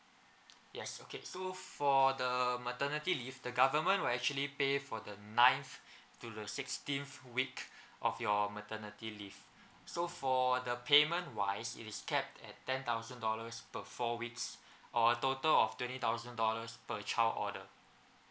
yes okay so for the maternity leave the government will actually pay for the ninth to the sixteenth week of your maternity leave so for the payment wise it is capped at ten thousand dollars per four weeks or a total of twenty thousand dollars per child order